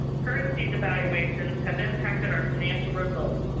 currency devaluation have impacted our financial results,